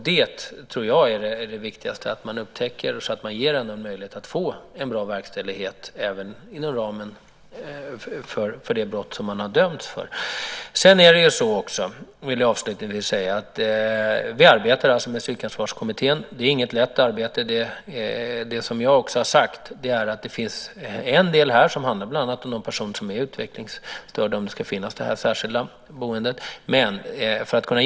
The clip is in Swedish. Jag tror att det viktigaste är att man upptäcker dem och ger dem möjlighet till en bra verkställighet även inom ramen för det brott som de har dömts för. Jag vill avslutningsvis säga att vi arbetar med Psykansvarskommittén. Det är inget lätt arbete. Det finns en del som handlar om de personer som är utvecklingsstörda och om huruvida det särskilda boendet ska finnas.